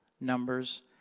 numbers